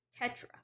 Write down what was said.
Tetra